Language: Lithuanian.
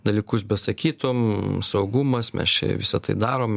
dalykus besakytum saugumas mes čia visą tai darom